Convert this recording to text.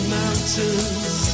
mountains